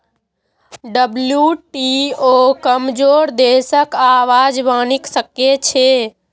WTO कमजोर देशक आवाज बनि सकै छै